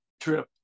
trip